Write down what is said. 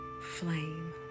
flame